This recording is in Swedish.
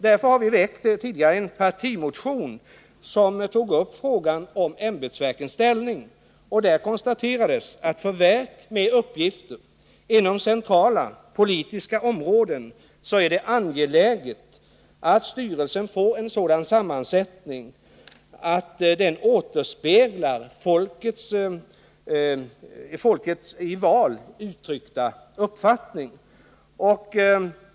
Därför har vi tidigare väckt en partimotion, som tog upp frågan om ämbetsverkens ställning. Där konstaterades att för verk med uppgifter inom centrala politiska områden är det angeläget att styrelsen får en sådan sammansättning att den återspeglar folkets i val uttryckta uppfattning.